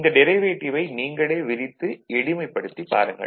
இந்த டிரைவேடிவை நீங்களே விரித்து எளிமைப்படுத்திப் பாருங்கள்